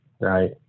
right